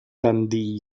dundee